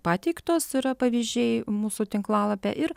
pateiktos yra pavyzdžiai mūsų tinklalapy ir